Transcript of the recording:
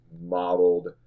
modeled